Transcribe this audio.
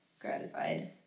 gratified